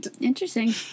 Interesting